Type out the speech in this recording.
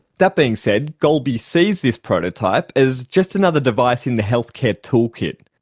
that being said, golby sees this prototype as just another device in the healthcare toolkit.